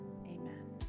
Amen